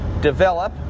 develop